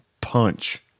punch